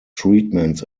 treatments